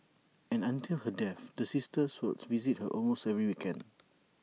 and until her death the sisters would visit her almost every weekend